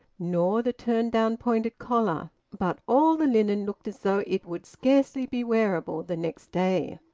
nor the turned-down pointed collar, but all the linen looked as though it would scarcely be wearable the next day.